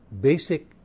basic